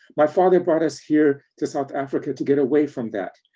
my father brought us here to south africa to get away from that.